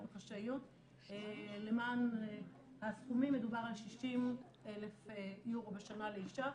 בחשאיות למען הסכומים מדובר על 60,000 אירו בשנה לאישה.